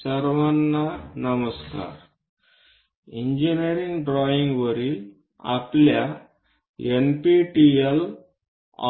सर्वांना नमस्कार इंजीनियरिंग ड्रॉईंगवरील आपल्या एनपीटीईएल